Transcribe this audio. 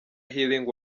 healing